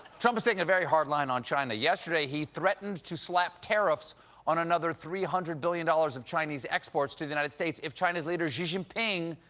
trump is taking a very hard line on china. yesterday, he threatened to slap tariffs on another three hundred billion dollars of chinese exports to the united states if china's leader, xi jinping,